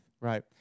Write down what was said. right